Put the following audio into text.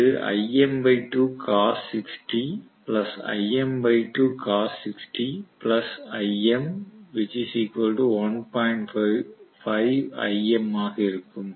அது ஆக இருக்கும்